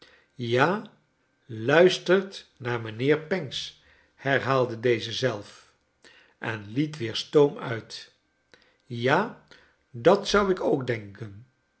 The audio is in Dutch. ja luistert naar mijnheer pancks i herhaalde deze zelf en liet weer stoom uit ja dat zou ik ook denken